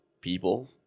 people